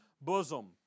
Bosom